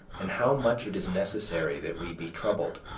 and how much it is necessary that we be troubled,